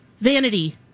Vanity